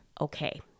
Okay